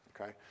Okay